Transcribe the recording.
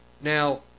now